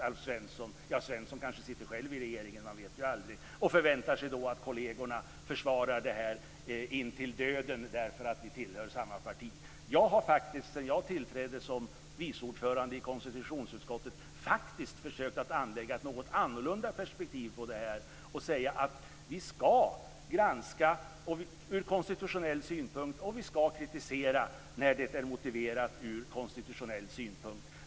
Alf Svensson och Ingvar Svensson, som då kanske själv sitter i regeringen - man vet aldrig - förväntar sig då att kollegerna försvarar dem intill döden därför att de tillhör samma parti. Jag har faktiskt sedan jag tillträdde som vice ordförande i konstitutionsutskottet försökt anlägga ett något annorlunda perspektiv på det här och sagt: Vi ska granska och kritisera när det är motiverat ur konstitutionell synpunkt.